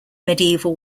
medieval